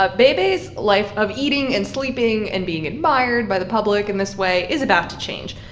ah bei bei's life of eating and sleeping and being admired by the public in this way is about to change.